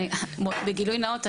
גילוי נאות,